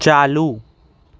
چالو